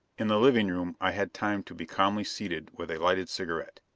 in the living room i had time to be calmly seated with a lighted cigarette.